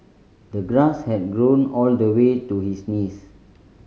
the grass had grown all the way to his knees